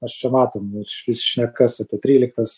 mes čia matom ir išvis šnekas apie tryliktas